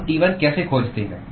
हम T1 कैसे खोजते हैं